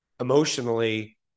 emotionally